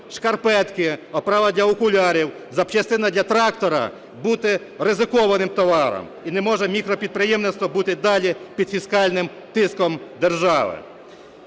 шкарпетки, оправа для окулярів, запчастина для трактора бути ризикованим товаром. І не може мікропідприємництво бути й далі під фіскальним тиском держави.